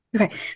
Okay